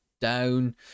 down